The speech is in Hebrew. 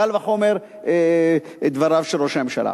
קל וחומר דבריו של ראש הממשלה.